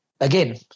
again